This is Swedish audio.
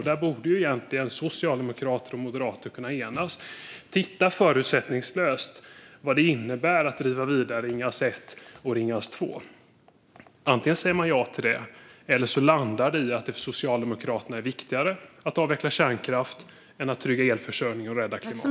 Där borde socialdemokrater och moderater kunna enas om att titta förutsättningslöst på vad det innebär att driva vidare Ringhals 1 och Ringhals 2. Antingen säger man ja till det eller så landar det i att det för Socialdemokraterna är viktigare att avveckla kärnkraft än att trygga elförsörjningen och rädda klimatet.